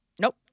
Nope